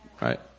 Right